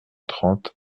trente